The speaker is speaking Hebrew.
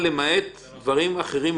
והיא מצאה שלמעט תחומים מאוד מאוד ספציפיים,